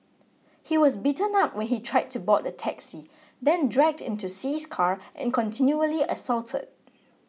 he was beaten up when he tried to board the taxi then dragged into see's car and continually assaulted